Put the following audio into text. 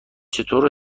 چطور